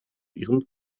ihrem